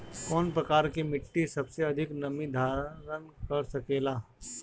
कौन प्रकार की मिट्टी सबसे अधिक नमी धारण कर सकेला?